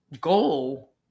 goal